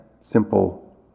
simple